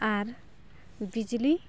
ᱟᱨ ᱵᱤᱡᱽᱞᱤ